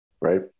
Right